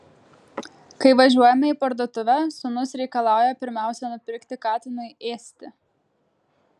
kai važiuojame į parduotuvę sūnus reikalauja pirmiausia nupirkti katinui ėsti